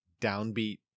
downbeat